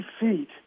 feet